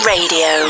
Radio